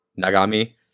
Nagami